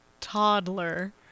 toddler